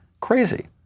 Crazy